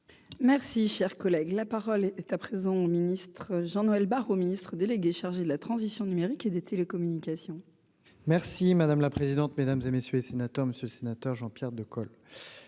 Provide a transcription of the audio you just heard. Merci, cher collègue, la parole est à présent au ministre Jean-Noël Barrot Ministre délégué chargé de la transition numérique et des télécommunications. Merci madame la présidente, mesdames et messieurs les sénateurs, monsieur le sénateur Jean-Pierre de